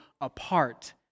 apart